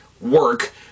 work